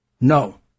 No